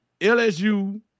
LSU